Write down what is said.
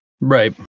right